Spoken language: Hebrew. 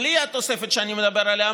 בלי התוספת שאני מדבר עליה,